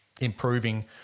improving –